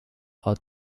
are